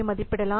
மதிப்பிடலாம்